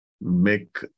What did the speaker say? make